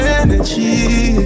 energy